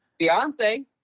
Beyonce